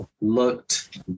looked